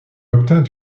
obtint